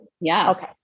Yes